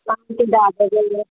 के दए देबै